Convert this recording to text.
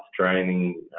training